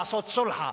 לעשות "סולחה",